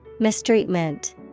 MISTREATMENT